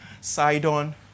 Sidon